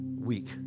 week